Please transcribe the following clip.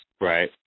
Right